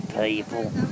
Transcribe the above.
people